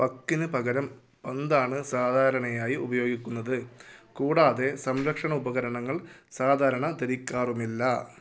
പക്കിന് പകരം പന്താണ് സാധാരണയായി ഉപയോഗിക്കുന്നത് കൂടാതെ സംരക്ഷണ ഉപകരണങ്ങൾ സാധാരണ ധരിക്കാറുമില്ല